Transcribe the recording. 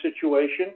situation